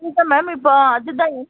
okay ma'am இப்போது அதுதான்